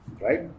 right